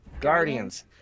Guardians